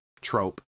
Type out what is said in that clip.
trope